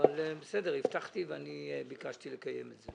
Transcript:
אבל בסדר, הבטחתי וביקשתי לקיים את הדיון.